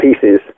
pieces